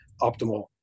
optimal